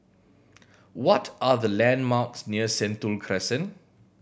what are the landmarks near Sentul Crescent